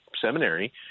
seminary